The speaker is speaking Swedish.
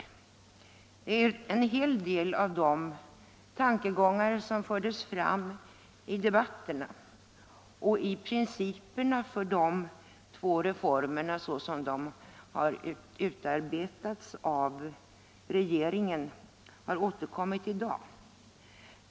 En hel del av de tankegångar som fördes fram i debatterna om principerna för de två reformerna, såsom de hade utarbetats av regeringen, har återkommit i dag.